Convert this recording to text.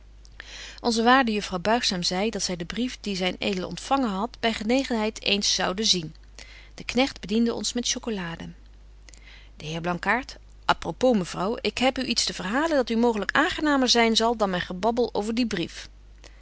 onze waarde juffrouw buigzaam zei dat zy den brief die zyn ed ontfangen hadt by gelegenheid gaarn eens zoude zien de knegt bediende ons met chocolade de heer blankaart apropos mevrouw ik heb u iets te verhalen dat u mooglyk aangenamer zyn zal dan myn gebabbel over dien betje